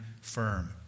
firm